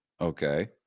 Okay